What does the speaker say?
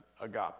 agape